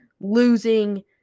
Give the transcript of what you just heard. losing